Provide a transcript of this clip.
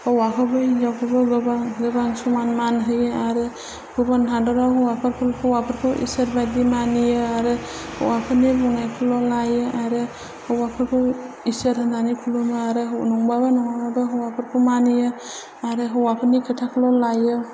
हौवाखौबो हिन्जावखौबो गोबां समान मान होयो आरो गुबुन हादोराव हौवाफोरखौ इसोर बायदि मानियो आरो हौवाफोरनि बुंनायखौल' लायो आरो हौवाफोरखौ इसोर होननानै खुलुमो आरो नंबाबो नङाबाबो हौवाफोरखौ मानियो आरो हौवाफोरनि खोथाखौल' लायो